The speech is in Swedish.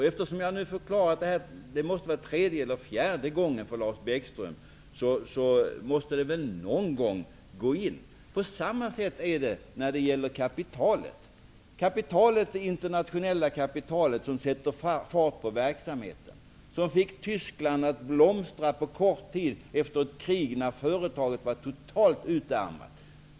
Detta är tredje eller fjärde gången som jag förklarar detta för Lars Bäckström, och någon gång måste det väl gå in! På samma sätt är det med det internationella kapitalet, som sätter fart på verksamheten. Det fick på kort tid Tyskland att blomstra efter ett krig, när företagen var totalt utarmade.